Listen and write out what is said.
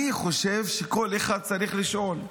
אני חושב שכל אחד צריך לשאול.